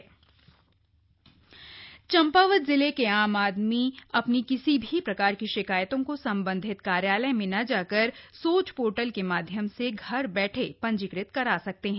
सोच पोर्टल चम्पावत जिले के आम आदमी अपनी किसी भी प्रकार की शिकायतों को संबंधित कार्यालय में ना जाकर सोच पोर्टल के माध्यम से घर बैठे पंजीकृत करा सकते हैं